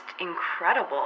incredible